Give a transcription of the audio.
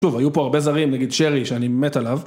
שוב, היו פה הרבה זרים, נגיד שרי, שאני מת עליו.